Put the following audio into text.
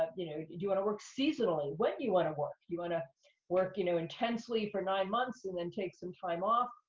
um you know, do do you wanna work seasonally? when do you wanna work? do you wanna work, you know, intensely for nine months and then take some time off?